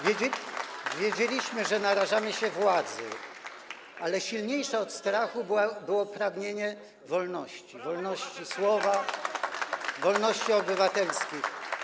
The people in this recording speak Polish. Wiedzieliśmy, że narażamy się władzy, ale silniejsze od strachu było pragnienie wolności, wolności słowa, wolności obywatelskich.